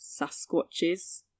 Sasquatches